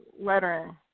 lettering